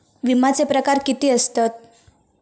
विमाचे प्रकार किती असतत?